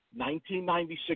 1996